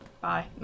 Bye